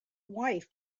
wife